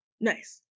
Nice